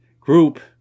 Group